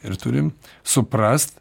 ir turim suprast